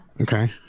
Okay